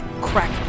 crack